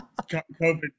COVID